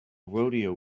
rodeo